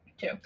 Two